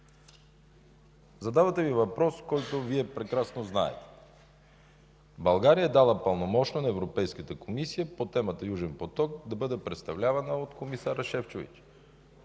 Задавате ми въпрос, чийто отговор прекрасно знаете. България дава пълномощно на Европейската комисия по темата „Южен поток“ да бъде представлявана от комисаря Шефчович.